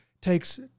takes